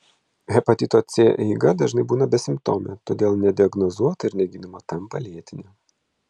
hepatito c eiga dažnai būna besimptomė todėl nediagnozuota ir negydoma tampa lėtine